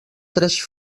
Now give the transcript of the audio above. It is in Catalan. tres